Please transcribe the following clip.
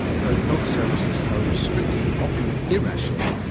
how health services are restricted, often irrationally,